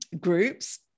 groups